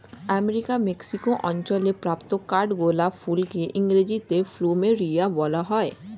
আমেরিকার মেক্সিকো অঞ্চলে প্রাপ্ত কাঠগোলাপ ফুলকে ইংরেজিতে প্লুমেরিয়া বলা হয়